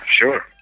sure